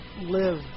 live